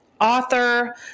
Author